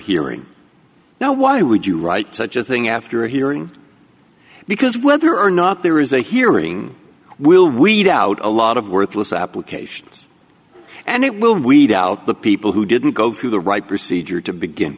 hearing now why would you write such a thing after hearing because whether or not there is a hearing will weed out a lot of worthless applications and it will weed out the people who didn't go through the right procedure to begin